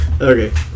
Okay